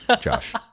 Josh